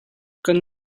kan